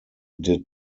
did